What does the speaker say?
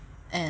and